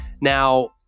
Now